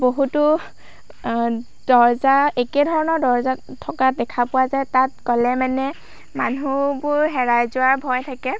বহুতো দৰ্জা একেধৰণৰ দৰ্জা থকা দেখা পোৱা যায় তাত গ'লে মানে মানুহবোৰ হেৰাই যোৱাৰ ভয় থাকে